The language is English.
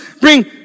bring